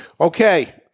Okay